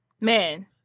Man